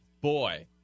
Boy